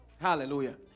Hallelujah